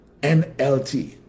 NLT